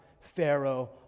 Pharaoh